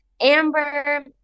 Amber